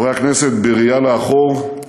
חברי הכנסת, בראייה לאחור,